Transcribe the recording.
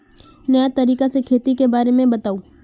नया तरीका से खेती के बारे में बताऊं?